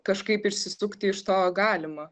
kažkaip išsisukti iš to galima